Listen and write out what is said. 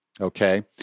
Okay